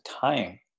time